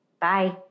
Bye